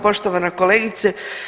Poštovana kolegice.